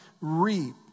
reap